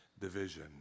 division